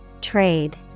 Trade